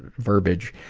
verbiage.